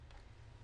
שנשמע